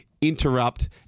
interrupt